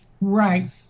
right